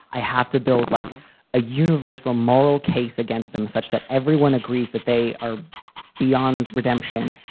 i have to build like a universal moral case against them such that everyone agrees that they are beyond redemption.